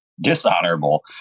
dishonorable